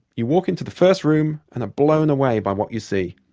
you walk into the first room and are blown away by what you see.